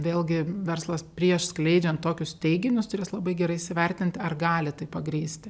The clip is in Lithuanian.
vėlgi verslas prieš skleidžiant tokius teiginius turės labai gerai įsivertinti ar gali tai pagrįsti